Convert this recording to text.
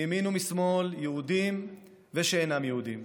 מימין ומשמאל, יהודים ושאינם יהודים.